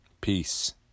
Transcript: Peace